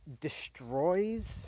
destroys